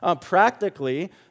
Practically